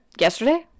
yesterday